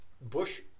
Bush